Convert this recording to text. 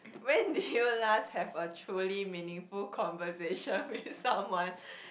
when did you last have a truly meaningful conversation with someone